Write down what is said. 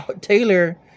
Taylor